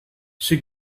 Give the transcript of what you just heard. she